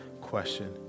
question